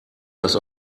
das